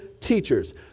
teachers